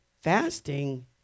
fasting